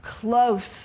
close